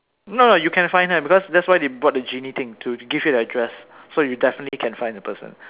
no no you can find her because that's why they bought the genie thing to give you the address so you definitely can find that person